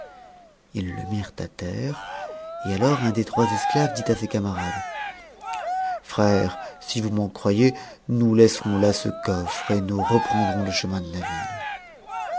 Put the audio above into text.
ils le mirent à terre et alors un des trois esclaves dit à ses camarades a frères si vous m'en croyez nous laisserons ta ce coffre et nous reprendrons le chemin de la ville